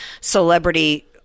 celebrity